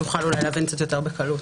יוכל להבין קצת יותר בקלות.